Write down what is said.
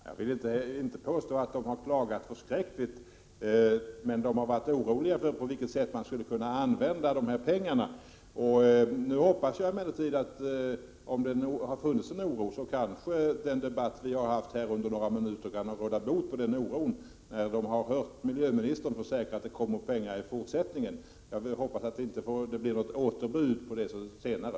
Herr talman! Jag vill inte påstå att länsstyrelserna har klagat förskräckligt, men de har varit oroliga för på vilket sätt de skulle kunna använda pengarna. Nu hoppas jag emellertid att om det har funnits en oro så kan den debatt vi har haft under några minuter råda bot på denna, när man har hört miljöministern försäkra att det kommer pengar i fortsättningen. Jag hoppas bara att det inte blir något återbud senare.